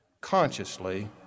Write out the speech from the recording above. consciously